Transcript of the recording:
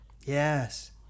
yes